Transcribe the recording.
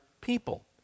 people